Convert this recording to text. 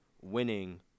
winning